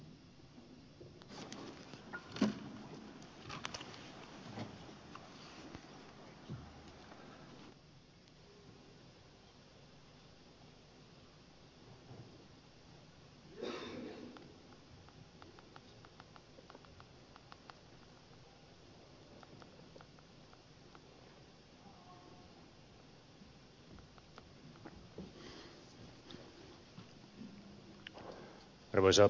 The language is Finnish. arvoisa puhemies